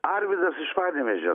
arvydas iš panevėžio